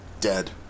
Dead